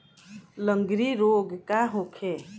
लगंड़ी रोग का होखे?